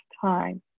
time